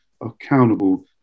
accountable